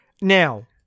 Now